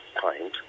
time